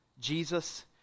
Jesus